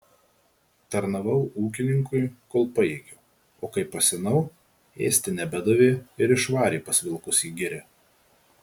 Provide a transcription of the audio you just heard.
tarnavau ūkininkui kol pajėgiau o kai pasenau ėsti nebedavė ir išvarė pas vilkus į girią